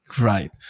Right